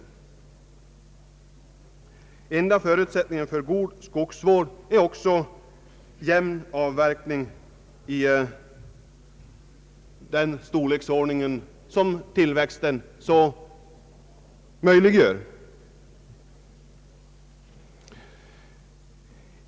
Den enda förutsättningen för god skogsvård är jämn avverkning i den storleksordning som tillväxten möjliggör.